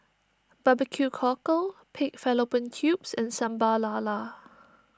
Barbecue Cockle Pig Fallopian Tubes and Sambal Lala